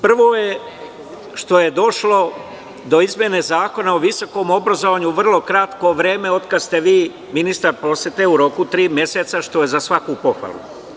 Prvo je što je došlo do izmene Zakona o visokom obrazovanju za vrlo kratko vreme od kada ste vi ministar prosvete, u roku od tri meseca, što je za svaku pohvalu.